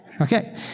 Okay